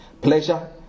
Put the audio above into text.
pleasure